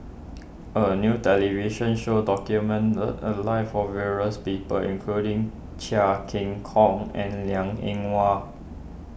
a new television show documented the a lives of various people including Chia Keng Kong and Liang Eng Hwa